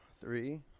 three